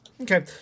Okay